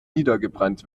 niedergebrannt